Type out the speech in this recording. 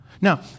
Now